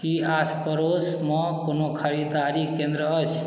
की आस पड़ोसमे कोनो ख़रीदारी केन्द्र अछि